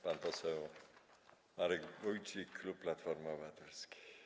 Pan poseł Marek Wójcik, klub Platformy Obywatelskiej.